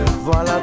voilà